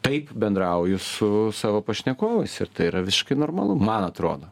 taip bendrauju su savo pašnekovu ir tai yra visiškai normalu man atrodo